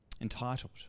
Entitled